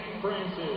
Francis